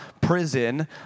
prison